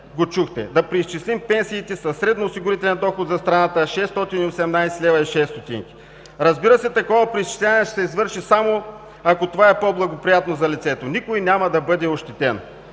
го чухте – да преизчислим пенсиите със средноосигурителен доход за страната 618,06 лв. Разбира се, такова преизчисляване ще се извърши само ако това е по-благоприятно за лицето. Никой няма да бъде ощетен.